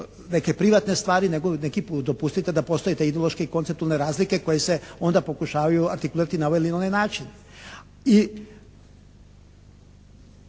neke privatne stvari nego neki put dopustite da postoji taj ideološki koncept one razlike koji se onda pokušavaju artiklirati na ovaj ili onaj način.